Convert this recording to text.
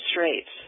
rates